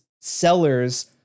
sellers